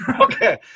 Okay